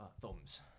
thumbs